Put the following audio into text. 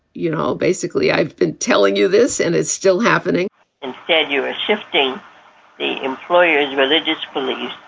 you know, basically, i've been telling you this and it's still happening and said you are shifting the employer's religious beliefs.